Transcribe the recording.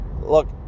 Look